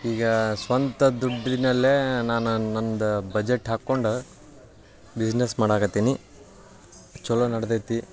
ಈಗ ಸ್ವಂತ ದುಡ್ಡಿನಲ್ಲೇ ನಾನು ನಂದು ಬಜೆಟ್ ಹಾಕ್ಕೊಂಡು ಬಿಸ್ನೆಸ್ ಮಾಡಕತ್ತೀನಿ ಚೊಲೋ ನಡೆದೈತಿ